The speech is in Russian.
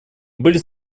были